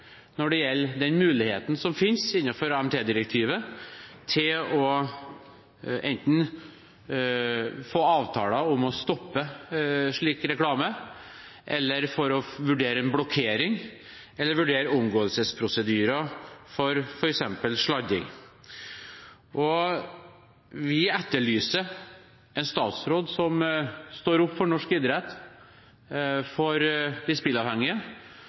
når det gjelder den muligheten som finnes innenfor AMT-direktivet til enten å få avtaler om å stoppe slik reklame eller for å vurdere en blokkering eller vurdere omgåelsesprosedyrer for f.eks. sladding. Vi etterlyser en statsråd som står opp for norsk idrett og for de